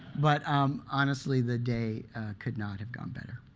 but um honestly the day could not have gone better.